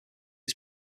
its